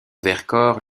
vercors